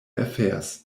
affairs